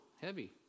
heavy